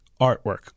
artwork